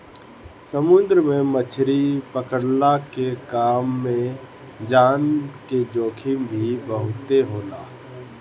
समुंदर में मछरी पकड़ला के काम में जान के जोखिम ही बहुते होला